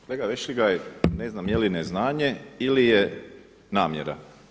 Kolega Vešligaj, ne znam jeli neznanje ili je namjera.